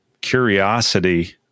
curiosity